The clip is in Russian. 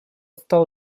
стал